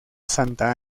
santa